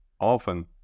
Often